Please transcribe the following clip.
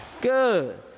Good